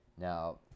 now